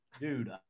Dude